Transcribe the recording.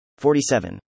47